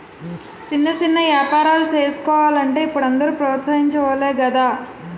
సిన్న సిన్న ఏపారాలు సేసుకోలంటే ఇప్పుడు అందరూ ప్రోత్సహించె వోలే గదా